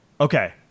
Okay